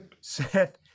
Seth